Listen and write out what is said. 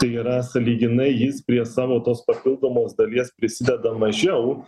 tai yra sąlyginai jis prie savo tos papildomos dalies prisideda mažiau